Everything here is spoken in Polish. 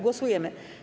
Głosujemy.